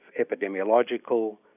epidemiological